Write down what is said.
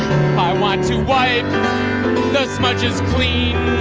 i want to wipe the smudges clean.